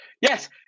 yes